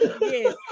yes